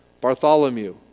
Bartholomew